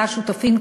שלה שותפים,